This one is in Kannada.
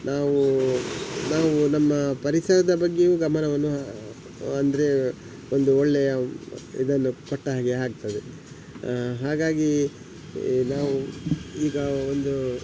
ನಾವೂ ನಾವು ನಮ್ಮ ಪರಿಸರದ ಬಗ್ಗೆಯೂ ಗಮನವನ್ನು ಅಂದರೆ ಒಂದು ಒಳ್ಳೆಯ ಇದನ್ನು ಕೊಟ್ಟಾಗೆ ಆಗ್ತದೆ ಹಾಗಾಗಿ ಈ ನಾವು ಈಗ ಒಂದು